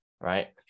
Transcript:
right